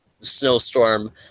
snowstorm